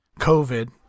covid